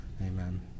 Amen